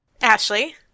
Ashley